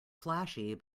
flashy